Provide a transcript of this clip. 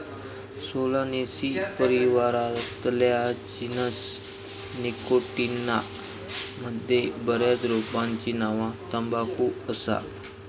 Solanaceae परिवारातल्या genus Nicotiana मध्ये बऱ्याच रोपांची नावा तंबाखू असा